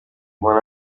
umuntu